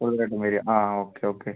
കൂടുതലായിട്ടും വരുക ആ ഓക്കെ ഓക്കെ